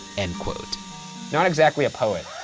and not exactly a poet.